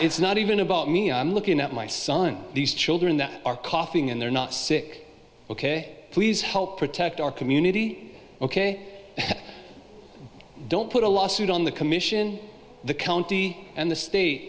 it's not even about me i'm looking at my son these children that are coughing and they're not sick ok please help protect our community ok don't put a lawsuit on the commission the county and the state